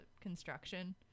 construction